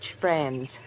friends